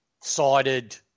sided